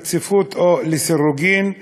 ברציפות או לסירוגין,